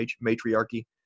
matriarchy